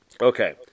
Okay